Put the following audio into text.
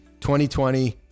2020